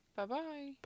Bye-bye